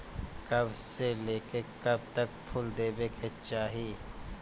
कब से लेके कब तक फुल देवे के चाही?